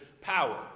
power